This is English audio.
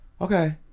okay